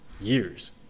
years